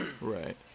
Right